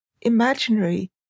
imaginary